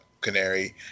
Canary